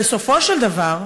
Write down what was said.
בסופו של דבר,